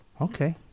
Okay